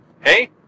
hey